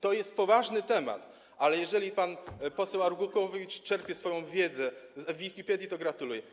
To jest poważny temat, ale jeżeli pan poseł Arłukowicz czerpie swoją wiedzę z Wikipedii, to gratuluję.